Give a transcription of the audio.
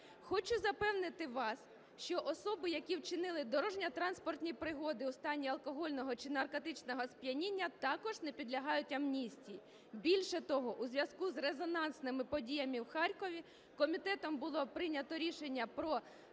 Хочу запевнити вас, що особи, які вчинили дорожньо-транспортні пригоди в стані алкогольного чи наркотичного сп'яніння також не підлягають амністії. Більше того, у зв'язку з резонансними подіями в Харкові комітетом було прийнято рішення про